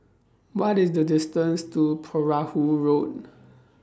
What IS The distance to Perahu Road